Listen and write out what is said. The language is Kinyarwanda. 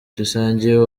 dusangiye